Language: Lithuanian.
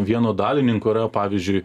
vieno dalininko yra pavyzdžiui